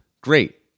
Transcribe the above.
great